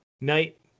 Night